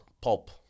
pulp